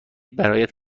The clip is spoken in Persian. برایت